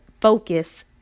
focus